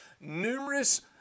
numerous